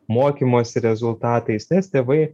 mokymosi rezultatais nes tėvai